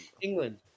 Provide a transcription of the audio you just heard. England